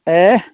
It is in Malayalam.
ഏഹ